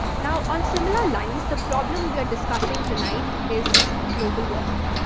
now, on similar lines, the problem we are discussing tonight is global warming,